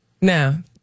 Now